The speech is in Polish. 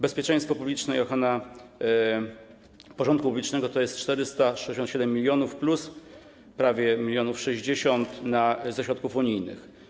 Bezpieczeństwo publiczne i ochrona porządku publicznego to jest 467 mln plus prawie 60 mln ze środków unijnych.